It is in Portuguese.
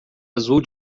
azul